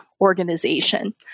organization